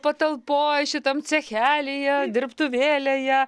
patalpoj šitam cechelyje dirbtuvėlėje